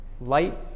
light